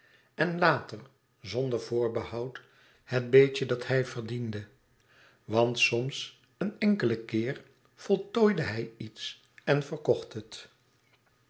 en later zonder voorbehoud het beetje dat hij soms een enkelen keer voltooide hij iets en verkocht het